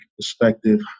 perspective